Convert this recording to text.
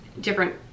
different